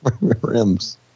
rims